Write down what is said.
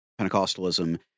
Pentecostalism